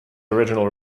original